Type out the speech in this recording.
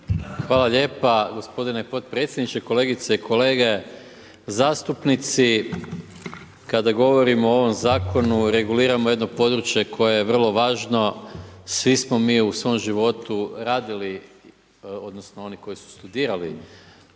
Hvala lijepa gospodine potpredsjedniče, kolegice i kolege zastupnici. Kada govorimo o ovom zakonu, reguliramo jedno područje koje je vrlo važno, svismo mi u svom životu radili odnosno oni koji su studirali